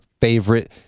favorite